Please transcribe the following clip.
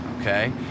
Okay